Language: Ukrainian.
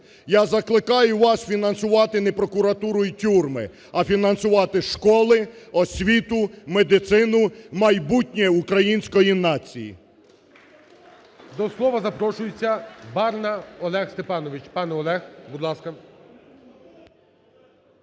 Я закликаю вас фінансувати не прокуратуру і тюрми, а фінансувати школи, освіту, медицину, майбутнє української нації.